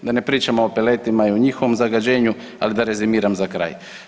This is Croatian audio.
Da ne pričamo o peletima i o njihovom zagađenju, ali da rezimiram za kraj.